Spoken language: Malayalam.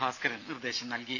ഭാസ്കരൻ നിർദേശം നൽകി